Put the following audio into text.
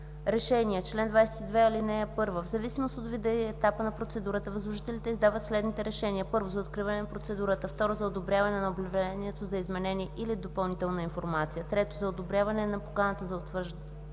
„Решения Чл. 22. (1) В зависимост от вида и етапа на процедурата възложителите издават следните решения: 1. за откриване на процедурата; 2. за одобряване на обявление за изменение или допълнителна информация; 3. за одобряване на поканата за потвърждаване